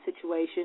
situation